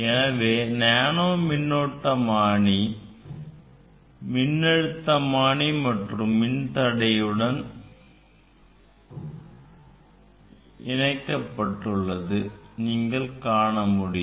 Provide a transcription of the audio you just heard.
எனவே நேனோ மின்னோட்டமானி மின்னழுத்தமானி மற்றும் மின்தடை மாற்றியுடன் இணைக்கப்பட்டுள்ளதை நீங்கள் காண முடியும்